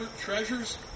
treasures